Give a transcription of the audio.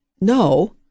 no